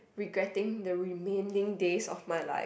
regretting the remaining days of my life